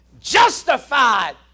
justified